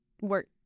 Work